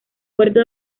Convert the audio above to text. fuerte